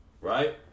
Right